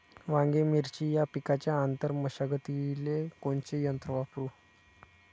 वांगे, मिरची या पिकाच्या आंतर मशागतीले कोनचे यंत्र वापरू?